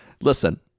Listen